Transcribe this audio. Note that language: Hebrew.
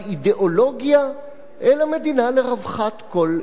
אלא מדינה לרווחת כל אזרחיה וכל תושביה,